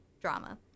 drama